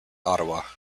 ottawa